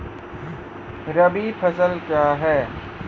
रबी फसल क्या हैं?